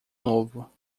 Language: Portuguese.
novo